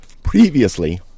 previously